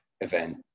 event